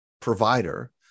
provider